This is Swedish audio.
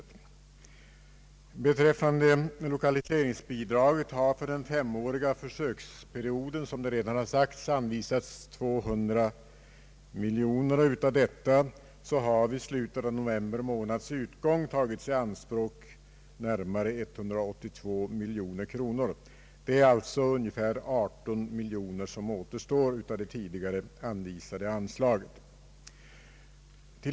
Vad beträffar Ilokaliseringsbidragen har för den femåriga försöksperioden — som här redan sagts — anvisats 200 miljoner kronor, och av detta belopp har i slutet av november månad tagits i anspråk närmare 182 miljoner kronor. Det är alltså ungefär 18 miljoner kronor som återstår av det tidigare anvisade anslaget.